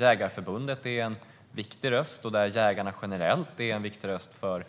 Jägareförbundet och jägarna är här en viktig röst för